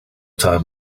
time